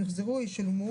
יוחזרו או ישולמו,